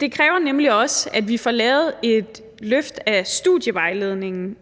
Det kræver nemlig også, at vi får lavet et løft af studievejledningen.